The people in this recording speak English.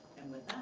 and with that,